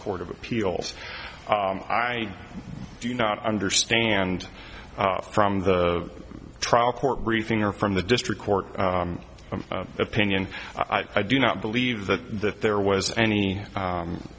court of appeals i do not understand from the trial court briefing or from the district court opinion i do not believe that that there was any